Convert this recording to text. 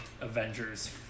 Avengers